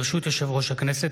ברשות יושב-ראש הכנסת,